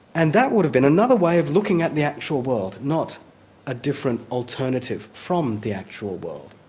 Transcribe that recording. and that would have been another way of looking at the actual world, not a different alternative from the actual world.